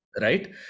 right